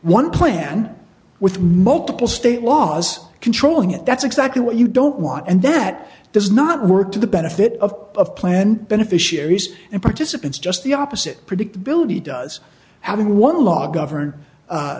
one plan with multiple state laws controlling it that's exactly what you don't want and that does not work to the benefit of planned beneficiaries and participants just the opposite predictability does having one law govern